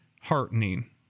heartening